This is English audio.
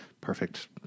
perfect